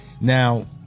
now